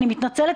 אני מתנצלת,